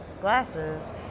glasses